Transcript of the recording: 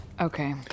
Okay